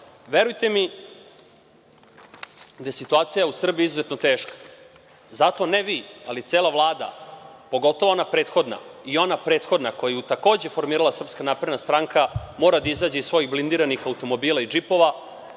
mi da je situacija u Srbiji izuzetno teška. Zato ne vi, ali cela Vlada, pogotovo ona prethodna i ona prethodna koju je takođe formirala SNS, mora da izađe iz svojih blindiranih automobila i džipova,